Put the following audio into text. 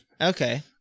Okay